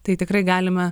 tai tikrai galime